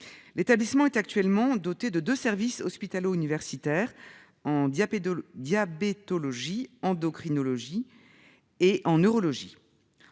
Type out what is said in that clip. L'établissement est actuellement doté de de services hospitalo-universitaire en de diabétologie endocrinologie. Et en neurologie,